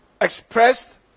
expressed